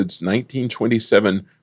1927